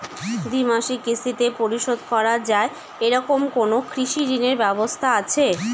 দ্বিমাসিক কিস্তিতে পরিশোধ করা য়ায় এরকম কোনো কৃষি ঋণের ব্যবস্থা আছে?